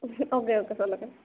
okay okay சொல்லுங்கள்